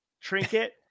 trinket